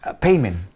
payment